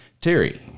Terry